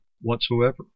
whatsoever